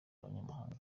abanyamahanga